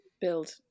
build